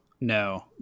no